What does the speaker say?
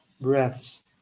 breaths